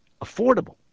affordable